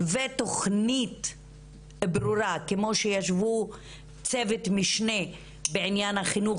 ותוכנית ברורה כמו שישבו צוות משנה בענין החינוך